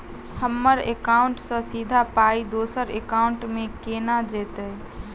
हम्मर एकाउन्ट सँ सीधा पाई दोसर एकाउंट मे केना जेतय?